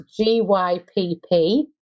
GYPP